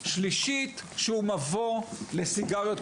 שלישית שהוא מבוא לסיגריות,